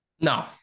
No